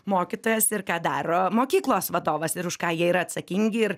mokytojas ir ką daro mokyklos vadovas ir už ką jie yra atsakingi ir